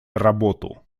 работу